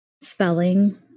spelling